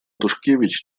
тушкевич